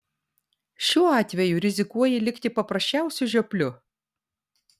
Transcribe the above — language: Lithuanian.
šiuo atveju rizikuoji likti paprasčiausiu žiopliu